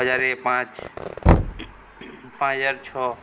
ହଜାର ପାଞ୍ଚ ପାଞ୍ଚ ହଜାର ଛଅ